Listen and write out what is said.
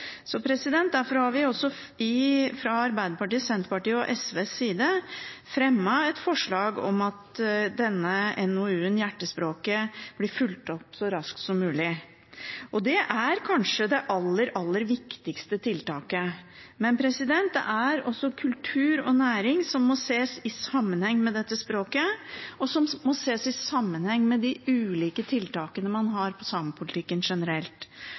så raskt som mulig. Det er kanskje det aller, aller viktigste tiltaket. Men også kultur og næring må ses i sammenheng med dette språket, og det må ses i sammenheng med de ulike tiltakene man har på samepolitikken generelt.